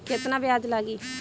केतना ब्याज लागी?